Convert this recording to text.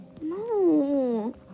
No